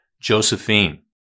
Josephine